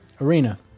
Arena